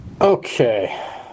Okay